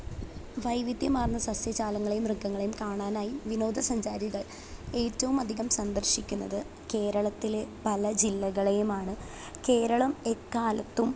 വൈവിധ്യമാർന്ന സസ്യജാലങ്ങളെയും മൃഗങ്ങളേയും കാണാനായി വിനോദസഞ്ചാരികൾ ഏറ്റവുമധികം സന്ദർശിക്കുന്നത് കേരളത്തിലെ പല ജില്ലകളെയുമാണ് കേരളം എക്കാലത്തും